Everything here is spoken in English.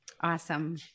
Awesome